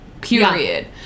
period